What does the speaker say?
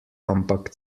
ampak